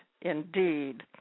indeed